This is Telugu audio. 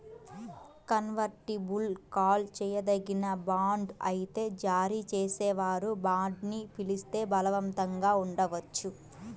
కన్వర్టిబుల్ కాల్ చేయదగిన బాండ్ అయితే జారీ చేసేవారు బాండ్ని పిలిస్తే బలవంతంగా ఉండవచ్చు